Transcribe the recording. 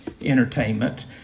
entertainment